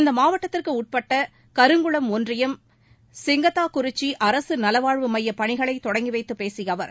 இம்மாவட்டத்திற்குட்பட்ட கருங்குளம் ஒன்றியம் சிங்கத்தாக்குறிச்சி அரசு நலவாழ்வு மைய பணிகளை தொடங்கி வைத்து பேசிய அவர்